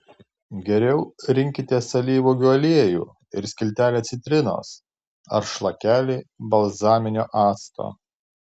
geriau rinkitės alyvuogių aliejų ir skiltelę citrinos ar šlakelį balzaminio acto